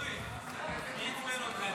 ואטורי, מי עצבן אותך?